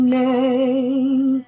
name